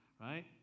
right